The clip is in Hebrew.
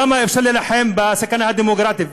כמה אפשר להילחם בסכנה הדמוגרפית?